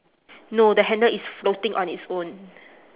no the handle is floating on its own